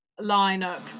lineup